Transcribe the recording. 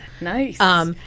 Nice